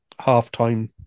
halftime